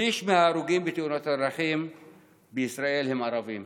שליש מההרוגים בתאונות הדרכים בישראל הם ערבים,